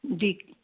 ਵੀ